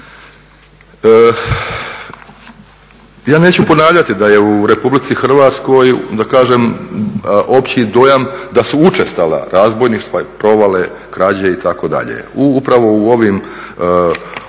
Ja neću ponavljati da je u Republici Hrvatskoj opći dojam da su učestala razbojništva, provale, krađe itd. upravo u ovim objektima